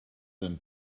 than